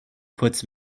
puts